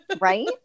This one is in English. right